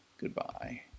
goodbye